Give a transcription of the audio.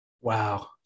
Wow